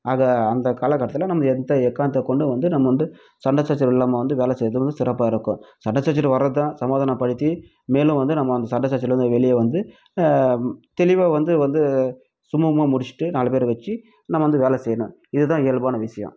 ஆக அந்த காலகட்டத்தில் நம்ம எத் எக்காரணத்தை கொண்டும் வந்து நம்ம வந்து சண்டை சச்சரவு இல்லாமல் நம்ம வந்து வேலை செய்கிறது வந்து சிறப்பாக இருக்கும் சண்டை சச்சரவு வர்றது தான் சமாதானப்படுத்தி மேலும் வந்து நம்ம அந்த சண்டை சச்சரவிலேருந்து வெளியில வந்து தெளிவாக வந்து வந்து சுமூகமாக முடிச்சிட்டு நாலு பேரை வச்சு நம்ம வந்து வேலை செய்யணும் இதுதான் இயல்பான விஷயம்